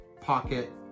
pocket